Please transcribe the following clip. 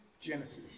Genesis